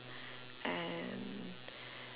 and